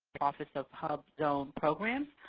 office of hubzone program.